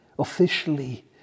Officially